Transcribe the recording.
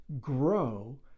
grow